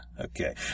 Okay